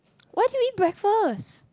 why do you eat breakfast